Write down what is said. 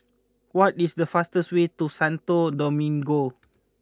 what is the fastest way to Santo Domingo